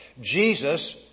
Jesus